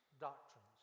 doctrines